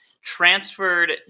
transferred